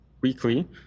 weekly